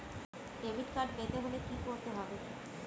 Debit card পেতে হলে কি করতে হবে?